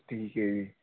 ਠੀਕ ਹੈ ਜੀ